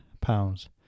pounds